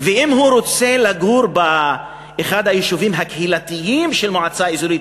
ואם הוא רוצה לגור באחד היישובים הקהילתיים של המועצה האזורית,